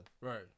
Right